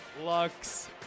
Lux